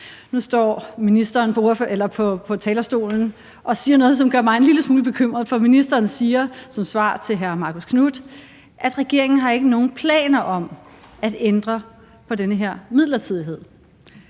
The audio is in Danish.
Nu står ministeren på talerstolen og siger noget, som gør mig en lille smule bekymret, for ministeren siger i sit svar til hr. Marcus Knuth, at regeringen ikke har nogen planer om at ændre på den her midlertidighed.